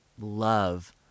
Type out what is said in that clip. love